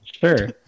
Sure